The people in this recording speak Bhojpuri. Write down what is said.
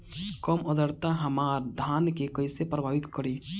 कम आद्रता हमार धान के कइसे प्रभावित करी?